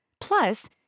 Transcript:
Plus